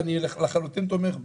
ואני לחלוטין תומך בה.